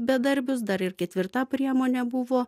bedarbius dar ir ketvirta priemonė buvo